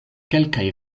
kelkaj